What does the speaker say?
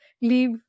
leave